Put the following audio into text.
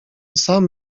sam